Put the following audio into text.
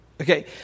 Okay